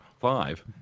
five